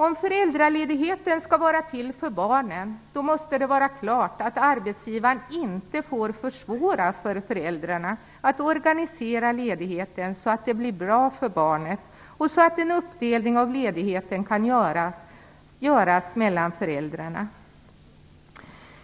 Om föräldraledighetslagen skall vara till för barnen måste det vara klart att arbetsgivaren inte får försvåra för föräldrarna att organisera ledigheten så, att det blir bra för barnet och så att en uppdelning av ledigheten kan göras mellan föräldrarna.